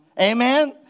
Amen